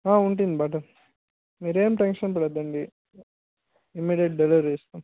ఉంటుంది బటర్ మీరే ఏమి టెన్క్షన్ పదోద్దండి ఇమిడియట్ డెలివరీ ఇస్తాం